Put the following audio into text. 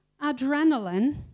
adrenaline